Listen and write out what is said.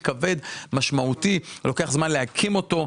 כבד ומשמעותי שלוקח זמן להקים אותו.